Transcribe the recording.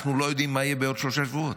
אנחנו לא יודעים מה יהיה בעוד שלושה שבועות,